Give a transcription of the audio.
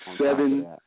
Seven